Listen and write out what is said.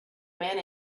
man